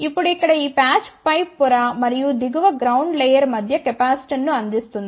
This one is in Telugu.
ఇప్పుడు ఇక్కడ ఈ ప్యాచ్ పై పొర మరియు దిగువ గ్రౌండ్ లేయర్ మధ్య కెపాసిటెన్స్ను అందిస్తుంది